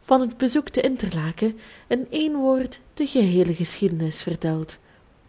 van het bezoek te interlaken in één woord de geheele geschiedenis verteld